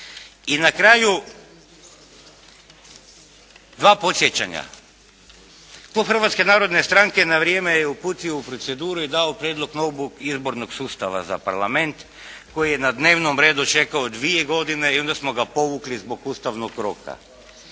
I na kraju dva podsjećanja. Klub Hrvatske narodne stranke na vrijeme je uputio u proceduru i dao prijedlog novog izbornog sustava za parlament koji je na dnevnom redu čekao dvije godine i onda smo ga povukli zbog ustavnog roka.